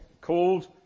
called